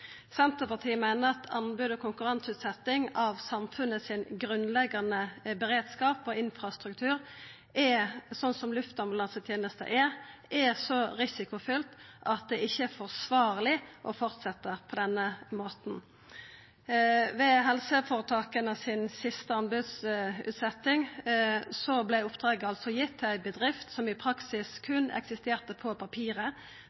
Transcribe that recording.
Senterpartiet meiner at anbod og konkurranseutsetjing av den grunnleggjande beredskapen og infrastrukturen i samfunnet som luftambulansetenesta er, er så risikofylt at det ikkje er forsvarleg å fortsetja på denne måten. Ved den siste anbodsutsetjinga frå helseføretaka vart oppdraget altså gitt til ei bedrift som i praksis